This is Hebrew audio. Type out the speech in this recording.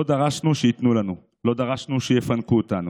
לא דרשנו שייתנו לנו, לא דרשנו שיפנקו אותנו.